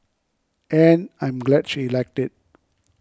and I'm glad she liked it